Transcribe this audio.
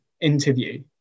interview